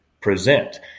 present